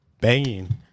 banging